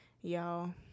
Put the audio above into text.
Y'all